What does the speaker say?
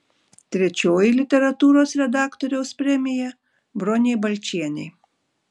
trečioji literatūros redaktoriaus premija bronei balčienei